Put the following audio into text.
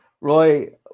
Roy